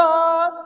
God